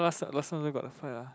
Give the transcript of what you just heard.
last last time also got the fight lah